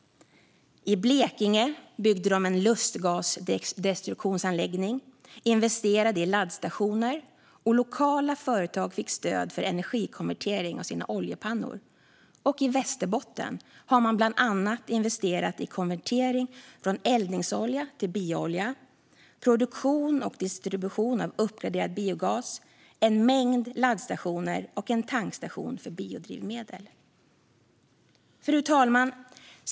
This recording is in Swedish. I Blekinge byggde de en lustgasdestruktionsanläggning och investerade i laddstationer, och lokala företag fick stöd för energikonvertering av sina oljepannor. I Västerbotten har man bland annat investerat i konvertering från eldningsolja till bioolja, produktion och distribution av uppgraderad biogas, en mängd laddstationer och en tankstation för biodrivmedel. Fru talman!